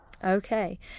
Okay